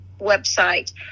website